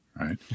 right